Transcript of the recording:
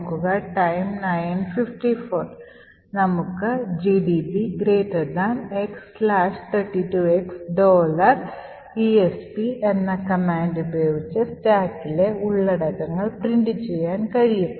നമുക്ക് gdb x32x esp എന്ന command ഉപയോഗിച്ച് സ്റ്റാക്കിലെ ഉള്ളടക്കങ്ങൾ പ്രിന്റുചെയ്യാൻ കഴിയും